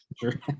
Sure